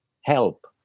help